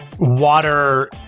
water